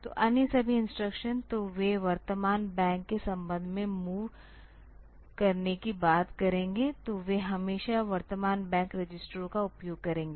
तो अन्य सभी इंस्ट्रक्शन तो वे वर्तमान बैंक के संबंध में मोव करने की बात करेंगे तो वे हमेशा वर्तमान बैंक रजिस्टरों का उपयोग करेंगे